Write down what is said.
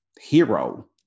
hero